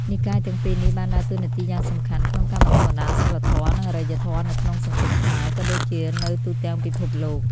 និកាយទាំងពីរនេះបានដើរតួនាទីយ៉ាងសំខាន់ក្នុងការបណ្តុះបណ្តាលសីលធម៌ និងអរិយធម៌នៅក្នុងសង្គមខ្មែរ ក៏ដូចជានៅទូទាំងពិភពលោក។